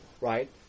right